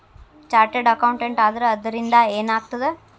Chartered accountant ಆದ್ರ ಅದರಿಂದಾ ಏನ್ ಆಗ್ತದ?